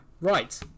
right